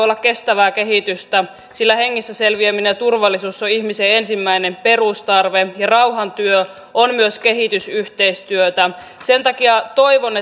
olla kestävää kehitystä sillä hengissä selviäminen ja turvallisuus on ihmisen ensimmäinen perustarve ja rauhan työ on myös kehitysyhteistyötä sen takia toivon